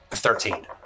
Thirteen